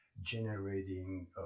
generating